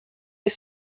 des